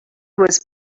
was